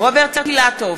רוברט אילטוב,